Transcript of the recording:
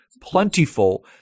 plentiful